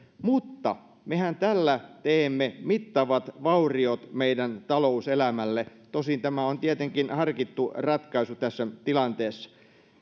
mutta mehän tällä teemme mittavat vauriot meidän talouselämälle tosin tämä on tietenkin harkittu ratkaisu tässä tilanteessa